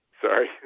Sorry